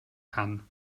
kann